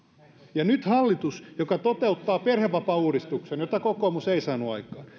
ja nyt tämän hallituksen joka toteuttaa perhevapaauudistuksen jota kokoomus ei saanut aikaan